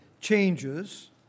changes